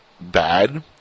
bad